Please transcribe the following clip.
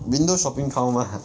window shopping count mah !huh!